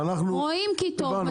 רואים כי טוב,